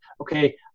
okay